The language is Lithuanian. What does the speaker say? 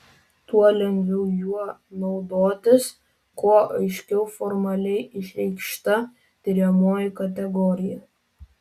tuo lengviau juo naudotis kuo aiškiau formaliai išreikšta tiriamoji kategorija